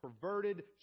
perverted